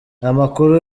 amakuru